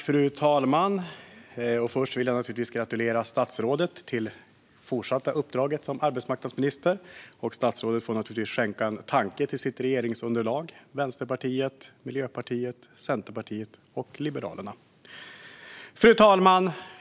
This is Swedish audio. Fru talman! Först vill jag gratulera statsrådet till det fortsatta uppdraget som arbetsmarknadsminister. Statsrådet får naturligtvis skänka en tanke till sitt regeringsunderlag: Vänsterpartiet, Miljöpartiet, Centerpartiet och Liberalerna. Fru talman!